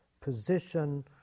position